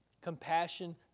Compassion